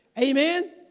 Amen